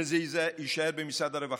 שזה יישאר במשרד הרווחה,